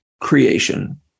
creation